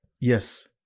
Yes